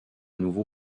nouveau